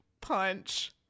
punch